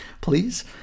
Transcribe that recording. please